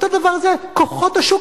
אותו הדבר זה "כוחות השוק".